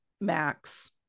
Max